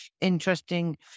interesting